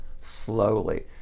slowly